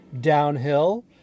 Downhill